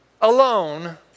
alone